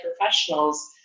professionals